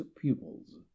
pupils